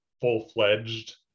full-fledged